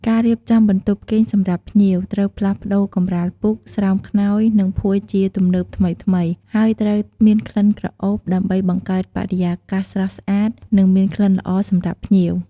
ការរៀបចំបន្ទប់គេងសម្រាប់ភ្ញៀវ ត្រូវផ្លាស់ប្តូរកម្រាលពូក ស្រោមខ្នើយ និងភួយជាទំនើបថ្មីៗ ហើយត្រូវមានក្លិនក្រអូប ដើម្បីបង្កើតបរិយាកាសស្រស់ស្អាត និងមានក្លិនល្អសម្រាប់ភ្ញៀវ។